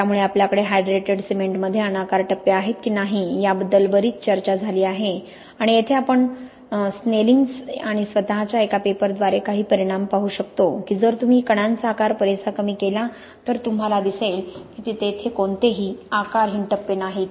त्यामुळे आपल्याकडे हायड्रेटेड सिमेंटमध्ये अनाकार टप्पे आहेत की नाही याबद्दल बरीच चर्चा झाली आहे आणि येथे आपण स्नेलिंगक्स आणि स्वतःच्या एका पेपरद्वारे काही परिणाम पाहू शकतो की जर तुम्ही कणांचा आकार पुरेसा कमी केला तर तुम्हाला दिसेल की तेथे कोणतेही आकारहीन टप्पे नाहीत